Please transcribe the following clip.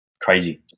Crazy